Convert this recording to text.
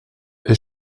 est